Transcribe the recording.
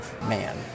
man